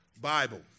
Bible